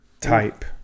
type